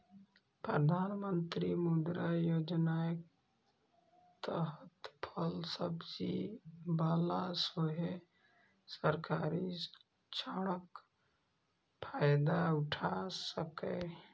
प्रधानमंत्री मुद्रा योजनाक तहत फल सब्जी बला सेहो सरकारी ऋणक फायदा उठा सकैए